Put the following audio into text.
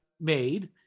made